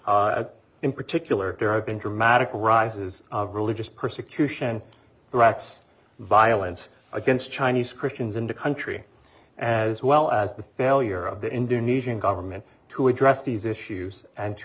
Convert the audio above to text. in particular there have been dramatic rises of religious persecution threats violence against chinese christians in the country as well as the failure of the indonesian government to address these issues and to